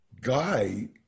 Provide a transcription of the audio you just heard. guy